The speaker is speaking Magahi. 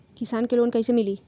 किसान के लोन कैसे मिली?